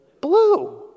blue